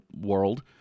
world